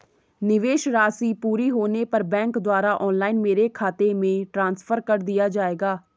निवेश राशि पूरी होने पर बैंक द्वारा ऑनलाइन मेरे खाते में ट्रांसफर कर दिया जाएगा?